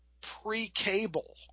pre-cable